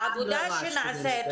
העבודה שנעשית,